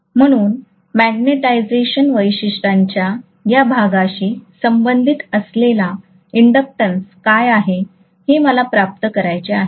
म्हणून मॅग्निटायझेशन वैशिष्ट्यांच्या या भागाशी संबंधित असलेला इंडक्टन्स काय आहे हे मला प्राप्त करायचे आहे